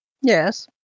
Yes